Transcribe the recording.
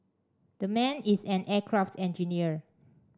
the man is an aircraft engineer